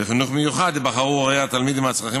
לחינוך מיוחד יבחרו הורי התלמיד עם הצרכים